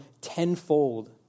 tenfold